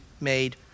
made